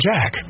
Jack